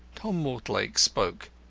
tom mortlake spoke.